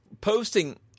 posting